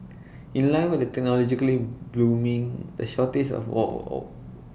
in line with the technologically booming the shortage of all all